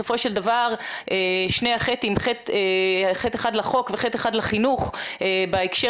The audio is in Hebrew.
בסופו של דבר שני ה-ח' ח' אחד לחוק ו-ח' אחד לחינוך בהקשר